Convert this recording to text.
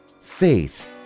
faith